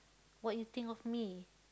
what you think of me